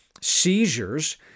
seizures